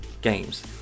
games